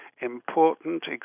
important